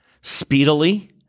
Speedily